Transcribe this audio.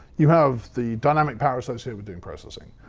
you have the dynamic power associated with doing processing.